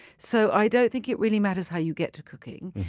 so i don't think it really matters how you get to cooking.